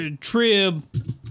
Trib